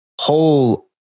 whole